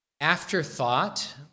afterthought